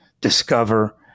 discover